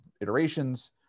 iterations